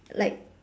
like